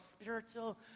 spiritual